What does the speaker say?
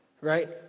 Right